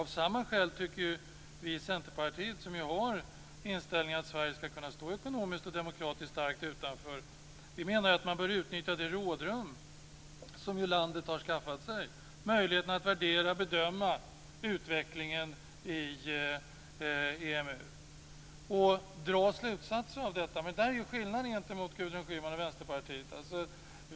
Av samma skäl menar vi i Centerpartiet, som har inställningen att Sverige ska kunna stå ekonomiskt och demokratiskt starkt utanför, att man bör utnyttja det rådrum som landet har skaffat sig, möjligheten att värdera och bedöma utvecklingen i EMU och dra slutsatser av detta. Där är skillnaden gentemot Gudrun Schyman och Vänsterpartiet.